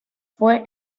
fue